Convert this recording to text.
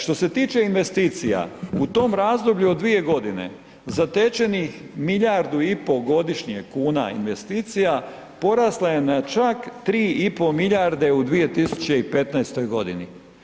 Što se tiče investicija, u tom razdoblju od dvije godine, zatečenih milijardu i pol godišnje kuna investicija, porasla je na čak 3,5 milijarde u 2015. godini.